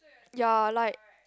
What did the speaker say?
ya like